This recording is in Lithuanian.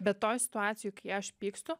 bet toj situacijoj kai aš pykstu